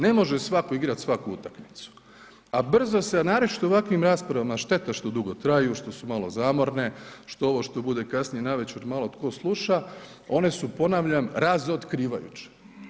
Ne može svatko igrati svaku utakmicu, a brzo se, a naročito u ovakvim raspravama šteta što dugo traju, što su malo zamorne, što ovo što bude kasnije navečer malo tko sluša, ona su ponavljam razotkrivajuće.